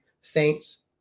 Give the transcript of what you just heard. saints